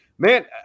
Man